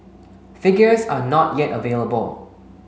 figures are not yet available